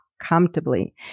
comfortably